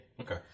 Okay